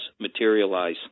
materialize